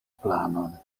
planon